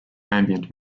ambient